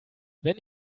wenn